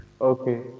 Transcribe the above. Okay